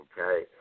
Okay